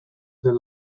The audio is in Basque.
zen